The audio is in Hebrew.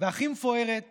והכי מפוארת